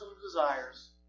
desires